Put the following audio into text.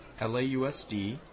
LAUSD